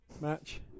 match